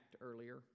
earlier